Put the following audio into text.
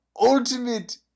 ultimate